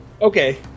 Okay